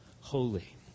holy